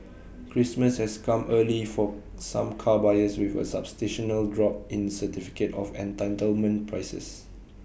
Christmas has come early for some car buyers with A drop in certificate of entitlement prices